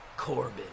Corbin